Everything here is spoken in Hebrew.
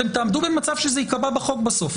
אתם תעמדו במצב שזה ייקבע בסוף בחוק.